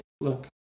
look